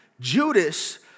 Judas